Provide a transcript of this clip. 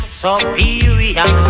superior